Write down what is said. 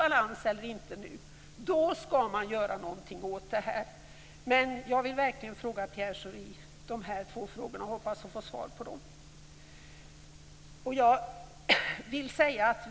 Hur är det egentligen: Är den nu i balans eller inte? Jag hoppas att jag får svar på de här två frågorna till Pierre Schori.